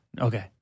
Okay